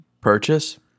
purchase